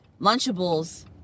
Lunchables